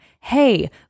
Hey